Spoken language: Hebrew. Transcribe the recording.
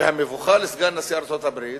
ושל המבוכה לסגן נשיא ארצות-הברית,